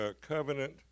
covenant